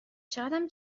چقدم